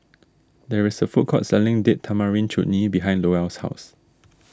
there is a food court selling Date Tamarind Chutney behind Lowell's house